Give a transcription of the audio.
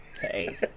Hey